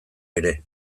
ere